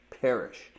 perish